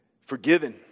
forgiven